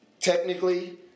technically